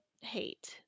hate